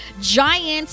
Giants